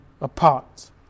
apart